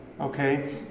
okay